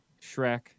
Shrek